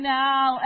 now